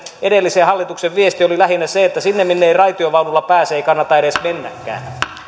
edellisen hallituksen viesti oli lähinnä se että minne ei raitiovaunulla pääse ei kannata edes mennäkään